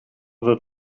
that